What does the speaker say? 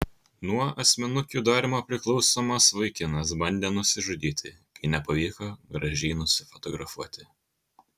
nuo asmenukių darymo priklausomas vaikinas bandė nusižudyti kai nepavyko gražiai nusifotografuoti